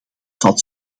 valt